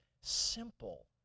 simple